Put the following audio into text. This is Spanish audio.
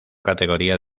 categoría